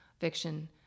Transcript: Fiction